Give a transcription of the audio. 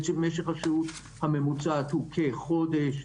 משך השהות הממוצע הוא כחודש,